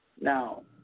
No